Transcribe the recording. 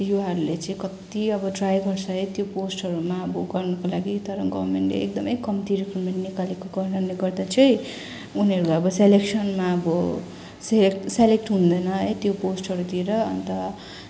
युवाहरूले चाहिँ कति अब ट्राई गर्छ है त्यो पोस्टहरूमा अब गर्नको लागि तर गभर्मेन्टले अब एकदमै कम्ती रिक्रुटमेन्ट निकालेको गर्नाले गर्दा चाहिँ उनीहरू अब सिलेक्सनमा अब सेलेक्ट सेलेक्ट हुँदैन है त्यो पोस्टहरूतिर अन्त